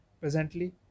presently